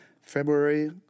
February